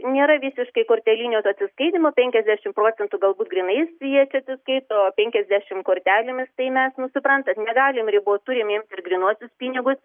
nėra visiškai kortelinio to atsiskaitymo penkiasdešim procentų galbūt grynais jie čia atsiskaito penkiasdešim kortelėmis tai mes nu suprantat negalim ribot turim imt grynuosius pinigus